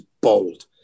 bold